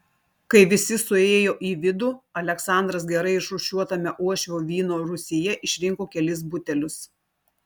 kai visi suėjo į vidų aleksandras gerai išrūšiuotame uošvio vyno rūsyje išrinko kelis butelius